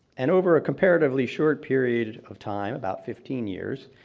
and over a comparatively short period of time, about fifteen years,